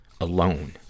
alone